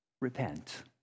Repent